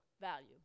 value